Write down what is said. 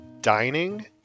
dining